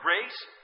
grace